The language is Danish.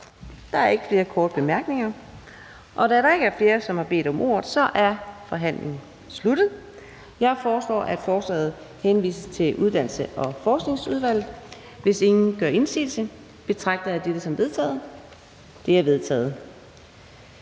Der er ikke flere korte bemærkninger. Da der ikke er flere, som har bedt om ordet, er forhandlingen sluttet. Jeg foreslår, at forslaget til folketingsbeslutning henvises til Uddannelses- og Forskningsudvalget. Hvis ingen gør indsigelse, betragter jeg dette som vedtaget. Det er vedtaget.